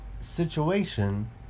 situation